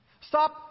Stop